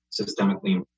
systemically